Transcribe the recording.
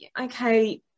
okay